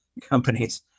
companies